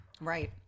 Right